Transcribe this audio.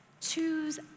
choose